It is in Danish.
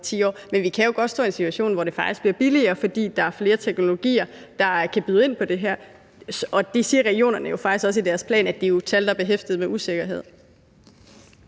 10 år, men vi kan jo godt komme til at stå i den situation, at det faktisk bliver billigere, fordi der er flere teknologier, der kan bruges til det her. Regionerne siger jo faktisk også i deres plan, at det er et tal, der er behæftet med usikkerhed.